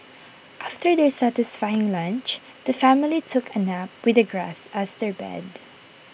after their satisfying lunch the family took A nap with the grass as their bed